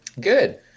Good